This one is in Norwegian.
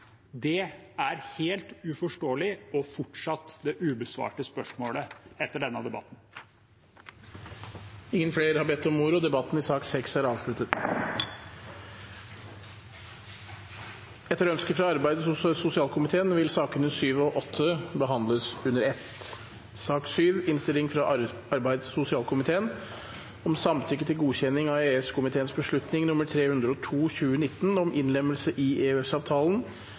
det. Det er helt uforståelig og fortsatt det ubesvarte spørsmålet etter denne debatten. Flere har ikke bedt om ordet til sak nr. 6. Etter ønske fra arbeids- og sosialkomiteen vil sakene nr. 7 og 8 behandles under ett. Etter ønske fra arbeids- og sosialkomiteen vil presidenten ordne debatten slik: 5 minutter til